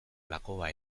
lakoba